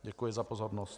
Děkuji za pozornost.